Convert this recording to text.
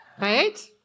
Right